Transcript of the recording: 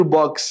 Box